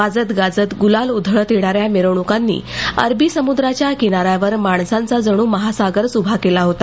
वाजत गाजत गुलाल उधळत येणाऱ्या मिरवणुकांनी अरबी समुद्राच्या किनाऱ्यावर माणसांचा जणू महासागरच उभा केला होता